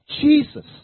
Jesus